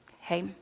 Hey